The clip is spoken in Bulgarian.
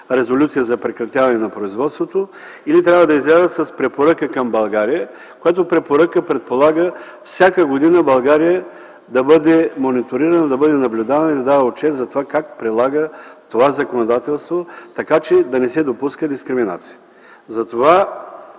резолюция за прекратяване на производството, или трябва да излязат с препоръка към България, която препоръка предполага всяка година България да бъде наблюдавана и да дава отчет за това как прилага това законодателство, така че да не се допуска дискриминация.